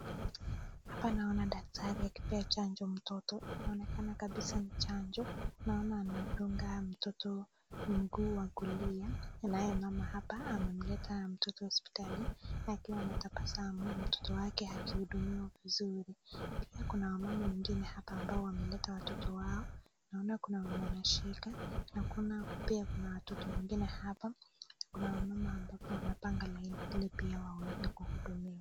Hapa naona daktari akimpea mtoto chanjo inaonekana kabisa ni chanjo naona anadunga mtoto mguu wa kulia naye mama hapa amemleta mto hospitali akiwa na tabasamu mtoto wake akihudumiwa vizuri. Pia kuna mama wengi wameleta watoto wao, naona kuna wenye wanashika na pia kuna watoto wengine hapa kuna wamama ambapo wanapanga laini ili waweze kuhudumiwa.